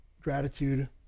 gratitude